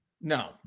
No